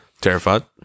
Terrified